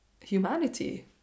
humanity